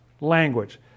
language